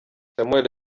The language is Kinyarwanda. samuel